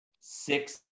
six